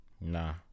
Nah